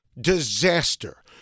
disaster